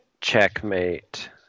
Checkmate